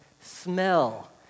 smell